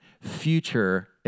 future